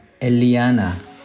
Eliana